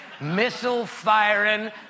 missile-firing